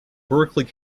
berkeley